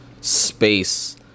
space